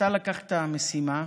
אתה לקחת משימה,